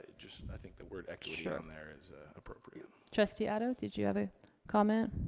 just, i think the word equity in there is appropriate. trustee otto, did you have a comment?